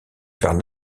vers